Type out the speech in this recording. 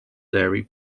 dairy